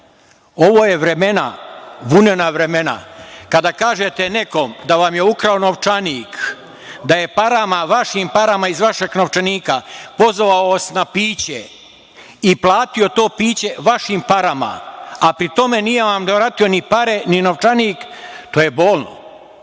Ovo je vremena, vunena vremena. Kada kažete nekom da vam je ukrao novčanik, da je parama, vašim parama iz vašeg novčanika pozvao vas na piće i platio to piće vašim parama, a pri tome nije vam vratio ni pare, ni novčanik, to je bolno.